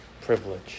privilege